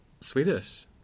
Swedish